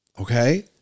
Okay